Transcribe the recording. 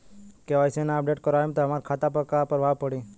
KYC ना update करवाएम त हमार खाता पर का प्रभाव पड़ी?